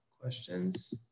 questions